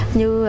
Như